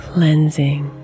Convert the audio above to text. Cleansing